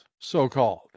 so-called